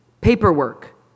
paperwork